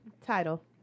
Title